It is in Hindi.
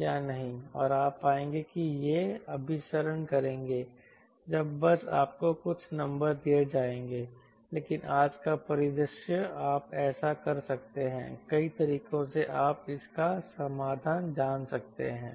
या नहीं और आप पाएंगे कि ये अभिसरण करेंगे जब बस आपको कुछ नंबर दिए जाएंगे लेकिन आज का परिदृश्य आप ऐसा कर सकते हैं कई तरीकों से आप इसका समाधान जान सकते हैं